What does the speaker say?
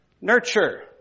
nurture